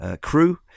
crew